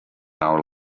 our